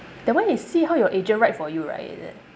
that one is see how your agent write for you right is it